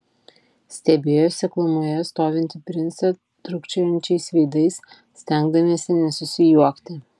stebėjo seklumoje stovintį princą trūkčiojančiais veidais stengdamiesi nesusijuokti